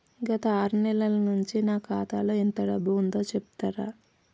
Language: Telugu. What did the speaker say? గత ఆరు నెలల నుంచి నా ఖాతా లో ఎంత డబ్బు ఉందో చెప్తరా?